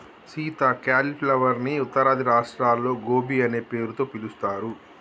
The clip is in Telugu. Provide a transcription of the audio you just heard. సీత క్యాలీఫ్లవర్ ని ఉత్తరాది రాష్ట్రాల్లో గోబీ అనే పేరుతో పిలుస్తారు